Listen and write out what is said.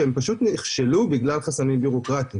שהם פשוט נכשלו בגלל חסמים בירוקרטיים.